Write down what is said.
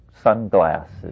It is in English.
sunglasses